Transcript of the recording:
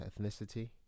ethnicity